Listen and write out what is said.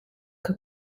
que